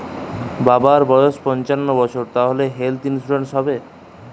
বাবার বয়স পঞ্চান্ন বছর তাহলে হেল্থ ইন্সুরেন্স হবে?